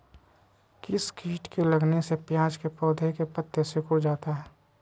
किस किट के लगने से प्याज के पौधे के पत्ते सिकुड़ जाता है?